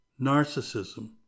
Narcissism